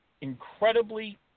incredibly